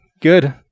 good